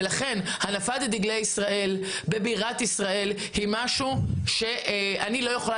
הנפת דגל ישראל בבירת ישראל היא משהו שאני לא יכולה